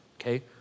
okay